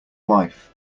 wife